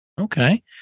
Okay